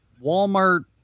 Walmart